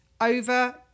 over